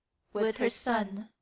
with her son.